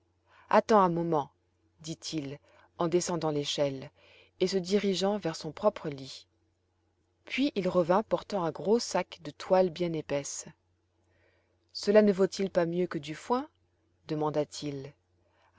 attends un moment dit-il en descendant l'échelle et se dirigeant vers son propre lit puis il revint portant un gros sac de toile bien épaisse cela ne vaut-il pas mieux que du foin demanda-t-il